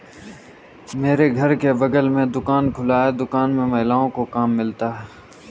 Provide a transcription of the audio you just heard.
मेरे घर के बगल में दुकान खुला है दुकान में महिलाओं को काम मिलता है